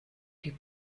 die